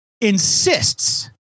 insists